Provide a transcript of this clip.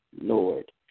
Lord